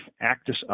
ACTUS